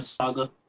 Saga